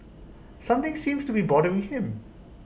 something seems to be bothering him